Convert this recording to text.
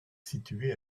situé